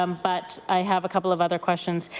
um but i have a couple of other questions.